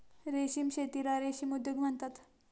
रेशीम शेतीला रेशीम उद्योग म्हणतात